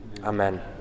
Amen